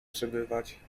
przebywać